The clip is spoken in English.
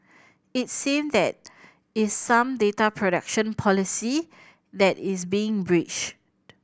it seem that is some data protection policy that is being breached